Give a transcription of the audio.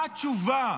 מה התשובה?